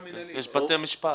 יש בתי משפט.